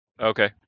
Okay